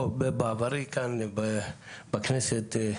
בעברי כאן בכנסת,